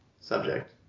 subject